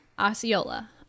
Osceola